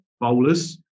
bowlers